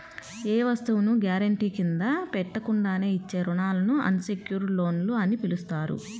ఏ వస్తువును గ్యారెంటీ కింద పెట్టకుండానే ఇచ్చే రుణాలను అన్ సెక్యుర్డ్ లోన్లు అని పిలుస్తారు